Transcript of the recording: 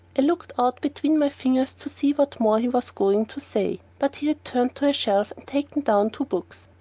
i looked out between my fingers to see what more he was going to say, but he had turned to a shelf and taken down two books.